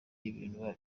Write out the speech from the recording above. ibintu